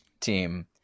team